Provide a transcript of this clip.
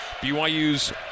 BYU's